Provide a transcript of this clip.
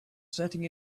setting